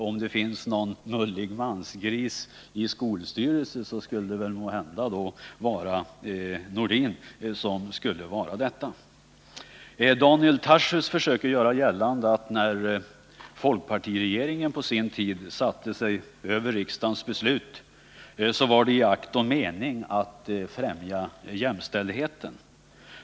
Om det finns någon mullig mansgris i en skolstyrelse, skulle det möjligen vara Sven-Erik Nordin. Daniel Tarschys försöker göra gällande att när folkpartiregeringen på sin tid satte sig över riksdagens beslut skedde det i akt och mening att främja jämställdheten.